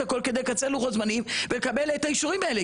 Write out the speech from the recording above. הכל כדי לקצר לוחות זמנים וכדי לקבל את האישורים האלה,